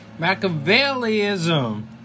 Machiavellianism